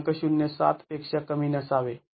०७ पेक्षा कमी नसावे